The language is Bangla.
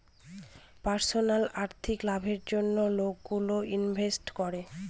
পার্সোনাল আর্থিক লাভের জন্য লোকগুলো ইনভেস্ট করে